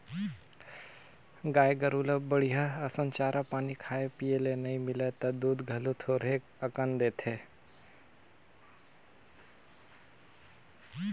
गाय गोरु ल बड़िहा असन चारा पानी खाए पिए ले नइ मिलय त दूद घलो थोरहें अकन देथे